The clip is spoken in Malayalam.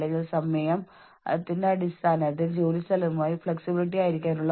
ജോലിഭാരം ജീവനക്കാരുടെ ശേഷിയുമായി പൊരുത്തപ്പെടുന്നില്ല എങ്കിൽ അതായത് ഒന്നുകിൽ നിങ്ങൾക്ക് ജോലിഭാരം വളരെ കുറവാണ്